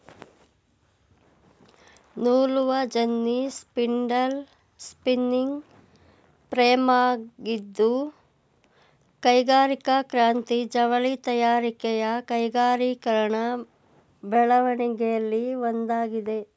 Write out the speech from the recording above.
ನೂಲುವಜೆನ್ನಿ spindle spinning ಫ್ರೇಮಾಗಿದ್ದು ಕೈಗಾರಿಕಾ ಕ್ರಾಂತಿ ಜವಳಿ ತಯಾರಿಕೆಯ ಕೈಗಾರಿಕೀಕರಣ ಬೆಳವಣಿಗೆಲಿ ಒಂದಾಗಿದೆ